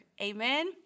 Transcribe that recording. Amen